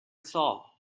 saw